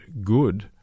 good